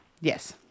Yes